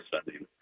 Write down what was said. spending